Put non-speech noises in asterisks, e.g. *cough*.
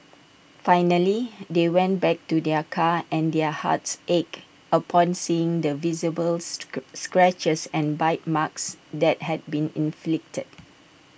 finally they went back to their car and their hearts ached upon seeing the visible *unintelligible* scratches and bite marks that had been inflicted